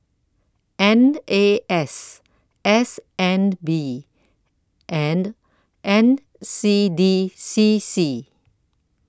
N A S S N B and N C D C C